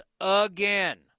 again